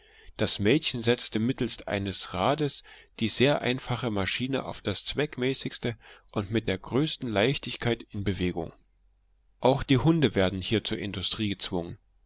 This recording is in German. das mädchen setzte mittelst eines rades die sehr einfache maschine auf das zweckmäßigste und mit der größten leichtigkeit in bewegung auch die hunde werden hier zur industrie gezwungen